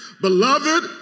Beloved